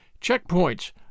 checkpoints